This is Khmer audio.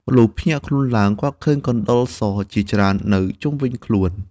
លុះភ្ញាក់ខ្លួនឡើង គាត់ឃើញកណ្តុរសជាច្រើន នៅ ជុំវិញខ្លួន ។